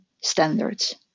standards